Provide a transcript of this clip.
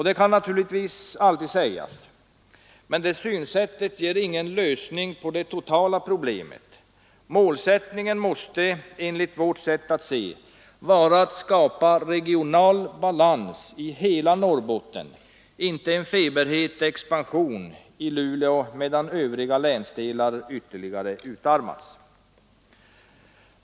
Det kan naturligtvis alltid sägas, men det synsättet ger ingen lösning på det totala problemet. Målsättningen måste enligt vårt sätt att se vara att skapa en regional balans i hela Norrbotten, inte en feberhet expansion i Luleå medan övriga länsdelar ytterligare utarmas.